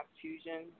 fusion